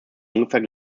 ungefähr